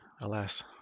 Alas